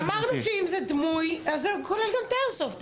אמרנו שאם זה דמוי, אז זה כולל גם את האיירסופט.